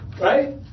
right